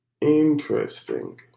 Interesting